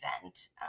event